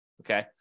Okay